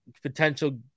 potential